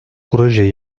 proje